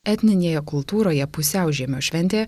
etninėje kultūroje pusiaužiemio šventė